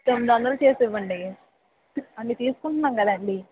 తొమ్మిదొందలు చేసివ్వండి అన్ని తీసుకుంటున్నాం కదండి